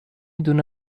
دونه